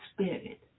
spirit